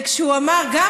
כשהוא אמר שתי מדינות.